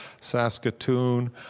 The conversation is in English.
Saskatoon